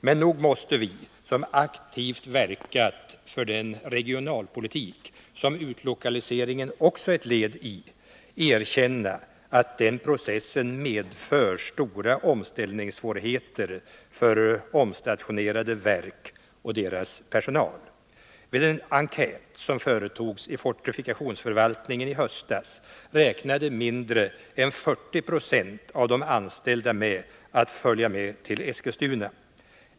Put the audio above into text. Men nog måste vi som aktivt verkat för den regionalpolitik som utlokaliseringen också är ett led i erkänna att den processen medför stora omställningssvårigheter för omstationerade verk och deras personal. Vid en enkät som företogs i fortifikationsförvaltningen i höstas framkom att mindre än 40 96 av de anställda räknade med att följa med till Eskilstuna.